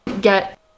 get